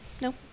No